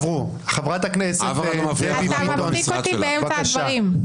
אתה מפסיק אותי באמצע הדברים.